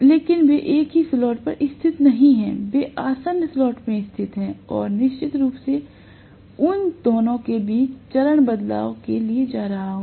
लेकिन वे एक ही स्लॉट पर स्थित नहीं हैं वे आसन्न स्लॉट्स में स्थित हैं और मैं निश्चित रूप से उन दोनों के बीच चरण बदलाव के लिए जा रहा हूं